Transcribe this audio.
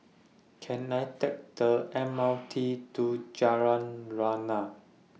Can I Take The M R T to Jalan Lana